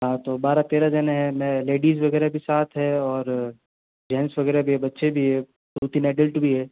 हाँ तो बारह तेरह जन हैं मैं लेडीज वगैरह भी साथ हैं और जेंट्स वगैरह भी हैं बच्चे भी हैं दो तीन एडल्ट भी हैं